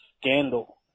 scandal